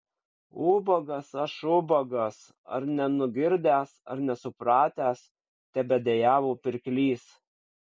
ubagas aš ubagas ar nenugirdęs ar nesupratęs tebedejavo pirklys